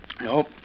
Nope